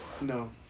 No